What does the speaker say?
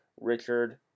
Richard